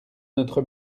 notre